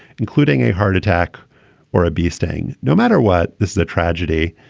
including a heart attack or a beasting no matter what. this is a tragedy.